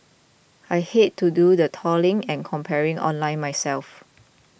I hate to do the trawling and comparing online myself